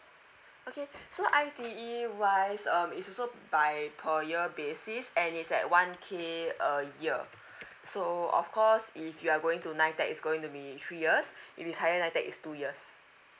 okay so I_T_E wise um it's also by per year basis and it's at one K a year so of course if you are going to nitec that is going to be three years if it's higher nitec is two years